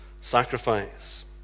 sacrifice